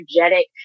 energetic